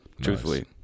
truthfully